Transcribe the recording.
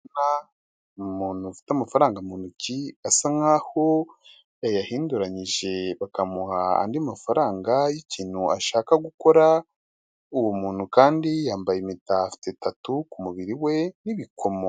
Umuntu ufite amafaranga mu ntoki asa nkaho yayahinduranyije bakamuha andi mafaranga y'ikintu ashaka gukora uwo muntuntu kandi yambaye impeta afite na tatu ku mubiri we n'ibikomo.